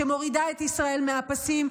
שמורידה את ישראל מהפסים,